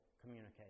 communicate